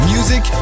Music